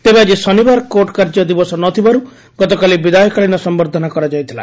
ତେବେ ଆକି ଶନିବାର କୋର୍ଟ କାର୍ଯ୍ୟ ଦିବସ ନ ଥିବାରୁ ଗତକାଲି ବିଦାୟକାଳୀନ ସମ୍ୟର୍ଦ୍ଧନା କରାଯାଇଥିଲା